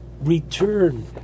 return